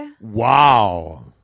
Wow